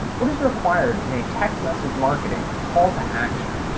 what is required in a text message marketing call to action?